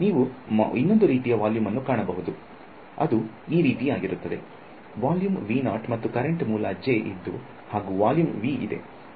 ನೀವು ಇನ್ನೊಂದು ರೀತಿಯ ವೊಲ್ಯೂಮ್ವನ್ನು ಕಾಣಬಹುದು ಅದು ಈ ರೀತಿಯಾಗಿರುತ್ತದೆ ವೊಲ್ಯೂಮ್ ಮತ್ತು ಕರೆಂಟ್ ಮೂಲ J ಇದ್ದು ಹಾಗೂ ವೊಲ್ಯೂಮ್ V ಇದೆ